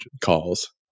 calls